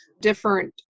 different